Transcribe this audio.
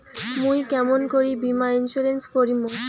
মুই কেমন করি বীমা ইন্সুরেন্স করিম?